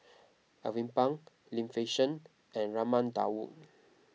Alvin Pang Lim Fei Shen and Raman Daud